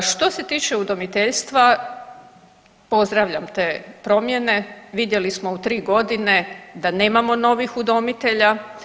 Što se tiče udomiteljstva pozdravljam te promjene, vidjeli smo u te tri godine da nemamo novih udomitelja.